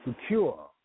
secure